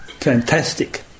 fantastic